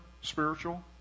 spiritual